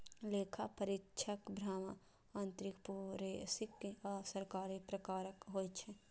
लेखा परीक्षक बाह्य, आंतरिक, फोरेंसिक आ सरकारी प्रकारक होइ छै